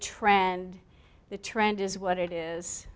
trend the trend is what it is